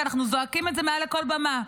ואנחנו זועקים את זה מעל לכל במה.